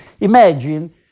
Imagine